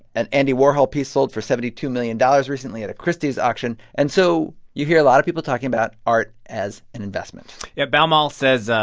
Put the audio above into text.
an andy warhol piece sold for seventy two million dollars recently at a christie's auction. and so you hear a lot of people talking about art as an investment yeah. baumol says,